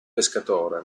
pescatore